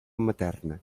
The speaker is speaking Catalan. materna